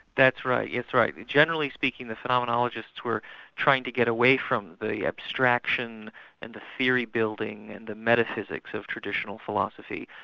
that's right. yeah that's right. generally speaking, the phenomenologists were trying to get away from the abstraction and the theory building and the metaphysics of traditional philosophy,